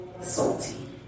Salty